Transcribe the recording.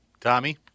Tommy